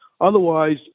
otherwise